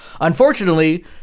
Unfortunately